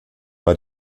bei